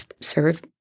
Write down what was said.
serve